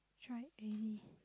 tried already